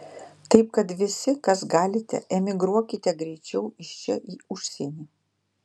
taip kad visi kas galite emigruokite greičiau iš čia į užsienį